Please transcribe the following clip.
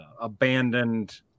abandoned